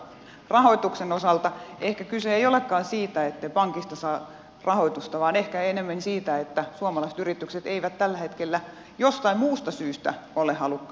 rahoituksen osalta ehkä kyse ei olekaan siitä ettei pankista saa rahoitusta vaan ehkä ennemmin siitä että suomalaiset yritykset eivät tällä hetkellä jostain muusta syystä ole halukkaita kasvamaan